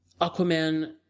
Aquaman